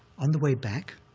on the way back,